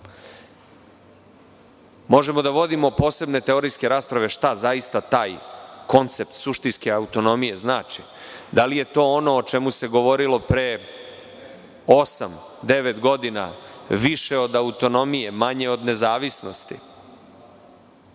Možemo da vodimo posebne teorijske rasprave šta zaista taj koncept suštinske autonomije znači. Da li je to ono o čemu se govorilo pre osam, devet godina, više od autonomije, manje od nezavisnosti?O